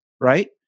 right